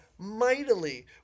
mightily